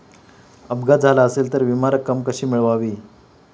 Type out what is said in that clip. अपघात झाला असेल तर विमा रक्कम कशी मिळवावी?